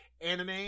anime